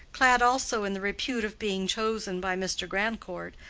clad also in the repute of being chosen by mr. grandcourt,